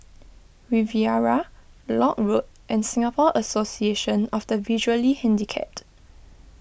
Riviera Lock Road and Singapore Association of the Visually Handicapped